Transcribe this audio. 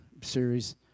series